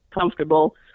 comfortable